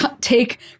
take